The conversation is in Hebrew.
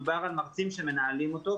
מדובר על מרצים שמנהלים איתו.